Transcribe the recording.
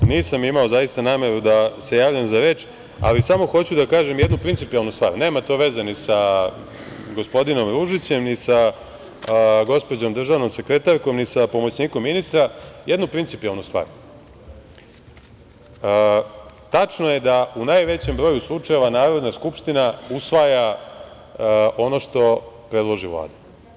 Nisam imao zaista nameru da se javljam za reč, ali samo hoću da kažem jednu principijelnu stvar, nema to veze ni sa gospodinom Ružićem, ni sa gospođom državnom sekretarkom, ni sa pomoćnikom ministra, jednu principijelnu stvar, tačno je da u najvećem broju slučajeva Narodna skupština usvaja ono što predloži Vlada.